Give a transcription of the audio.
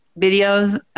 videos